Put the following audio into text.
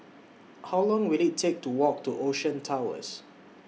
How Long Will IT Take to Walk to Ocean Towers